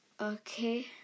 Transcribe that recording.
okay